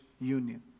union